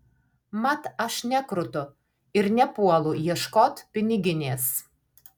mat aš nekrutu ir nepuolu ieškot piniginės